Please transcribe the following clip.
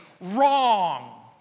wrong